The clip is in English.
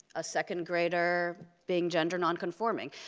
a second grader being gender non-conforming,